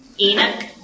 Enoch